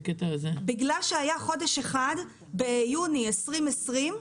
בגלל שהיה חודש אחד ביוני 2020,